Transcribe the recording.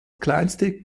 kleinste